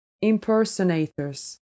impersonators